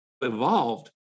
evolved